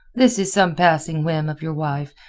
this is some passing whim of your wife,